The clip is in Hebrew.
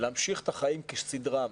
להמשיך את החיים כסדרם.